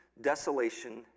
desolation